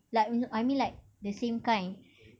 like whe~ I mean like the same kind